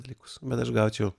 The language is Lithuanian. dalykus bet aš gaučiau